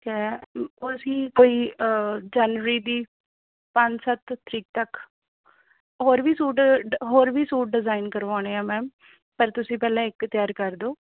ਅਸੀਂ ਕੋਈ ਜਨਵਰੀ ਦੀ ਪੰਜ ਸੱਤ ਤਰੀਕ ਤੱਕ ਹੋਰ ਵੀ ਸੂਟ ਹੋਰ ਵੀ ਸੂਟ ਡਿਜ਼ਾਈਨ ਕਰਵਾਉਣੇ ਆ ਮੈਮ ਪਰ ਤੁਸੀਂ ਪਹਿਲਾਂ ਇੱਕ ਤਿਆਰ ਕਰ ਦੋ